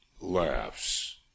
laughs